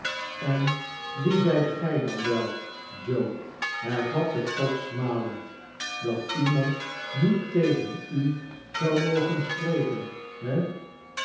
en wie zijt gij dan wel joe hervatte cobb smalend dat iemand niet tegen u zou mogen spreken he